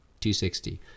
260